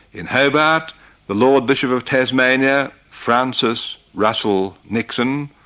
in hobart the lord bishop of tasmania, francis russell nixon,